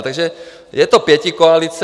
Takže je to pětikoalice.